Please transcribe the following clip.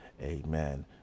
amen